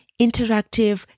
interactive